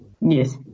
Yes